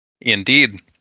Indeed